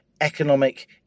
economic